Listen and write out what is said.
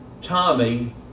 Tommy